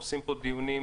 עושים פה דיונים,